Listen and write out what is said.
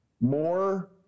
More